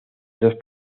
dos